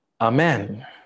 Amen